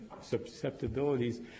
susceptibilities